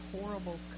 horrible